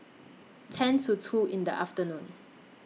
ten to two in The afternoon